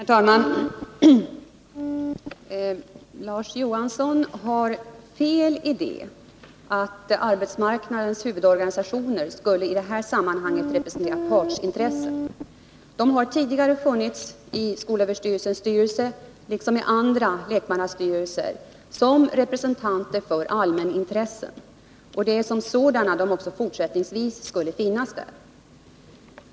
Herr talman! Larz Johansson har fel i att arbetsmarknadens huvudorganisationer i detta sammanhang skulle representera partsintressen. De har tidigare varit representerade i skolöverstyrelsens styrelse liksom i andra lekmannastyrelser såsom företrädare för allmänintressen, och det är som sådana de också fortsättningsvis skulle finnas där.